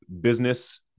business